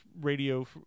Radio